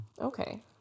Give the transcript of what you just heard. Okay